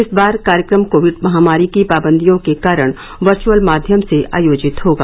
इस बार कार्यक्रम कोविड महामारी की पाबंदियों के कारण वर्चअल माध्यम से आयोजित होगा